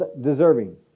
deserving